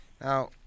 Now